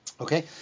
Okay